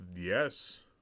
Yes